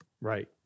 Right